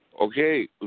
Okay